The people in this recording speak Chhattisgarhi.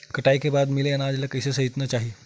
कटाई के बाद मिले अनाज ला कइसे संइतना चाही?